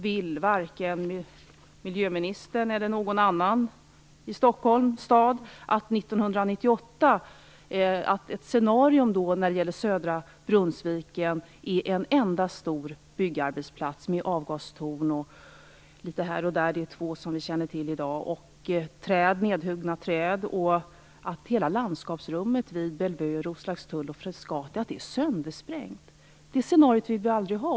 Varken miljöministern eller någon annan i Stockholms stad vill ha ett scenario där södra Brunnsviken 1998 är en enda stor byggarbetsplats med nedhuggna träd och avgastorn litet här och där - vi känner till två i dag - och där hela landskapsrummet vid Bellevue, Roslagstull och Frescati är söndersprängt. Det scenariot vill vi inte se.